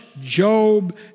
Job